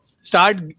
start